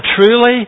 truly